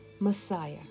Messiah